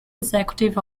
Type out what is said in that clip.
executive